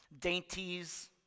dainties